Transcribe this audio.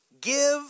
give